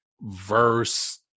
verse